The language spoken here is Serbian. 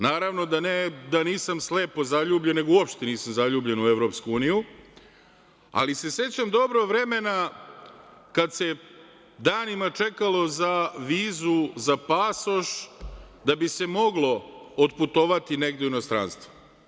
Naravno, da nisam slepo zaljubljen, nego uopšte nisam zaljubljen u EU, ali se sećam dobro vremena kada se danima čekalo za vizu za pasoš da bi se moglo otputovati negde u inostranstvo.